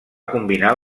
combinar